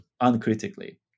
uncritically